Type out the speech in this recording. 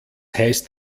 heißt